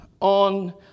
on